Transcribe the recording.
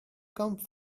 come